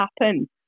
happen